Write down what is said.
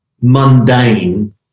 mundane